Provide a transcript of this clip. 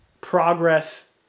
progress